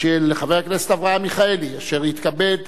בעל-פה של חבר הכנסת אברהם מיכאלי, אשר יתכבד,